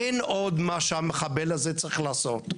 אין עוד מה שהמחבל הזה צריך לעשות.